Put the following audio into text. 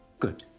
good,